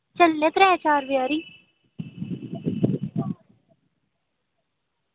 चलने त्रै चार बजे हारी